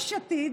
יש עתיד,